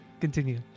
continue